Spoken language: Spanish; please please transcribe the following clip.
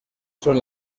son